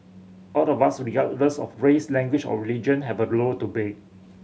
out of us regardless of race language or religion have a role to play